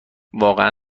واقعا